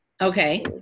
Okay